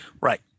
Right